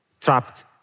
trapped